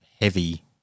heavy